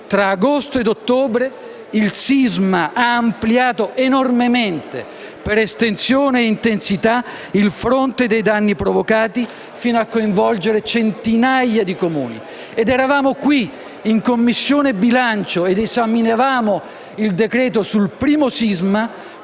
tra agosto e ottobre il sisma ha ampliato enormemente, per estensione e intensità, il fronte dei danni provocati, fino a coinvolgere centinaia di Comuni. Eravamo qui, in Commissione bilancio, ed esaminavamo il decreto-legge sul primo sisma,